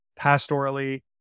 pastorally